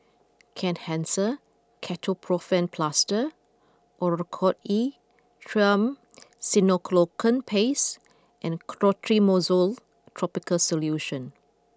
Kenhancer Ketoprofen Plaster Oracort E Triamcinolone Paste and Clotrimozole tropical solution